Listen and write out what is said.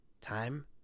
Time